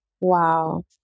Wow